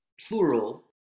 plural